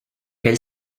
elle